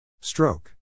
Stroke